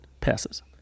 passes